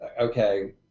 okay